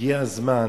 שהגיע הזמן